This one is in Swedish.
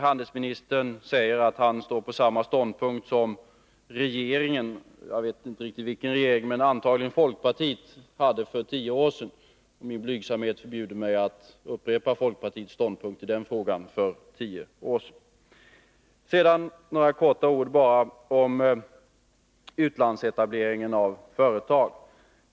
Handelsministern säger att han har samma ståndpunkt som regeringen. Jag vet inte riktigt vilken regering han menar. Antagligen menar han den ståndpunkt folkpartiet hade för tio år sedan — min blygsamhet förbjuder mig att upprepa den. Sedan bara några ord i all korthet om utlandsetableringen av företag.